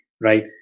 right